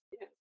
Yes